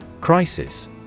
Crisis